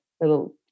little